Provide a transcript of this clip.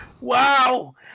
Wow